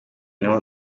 niho